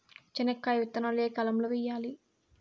చెనక్కాయ విత్తనాలు ఏ కాలం లో వేయాలి?